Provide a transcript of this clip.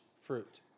fruit